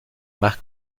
más